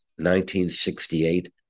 1968